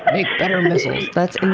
and better missiles. that's